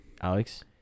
Alex